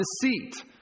deceit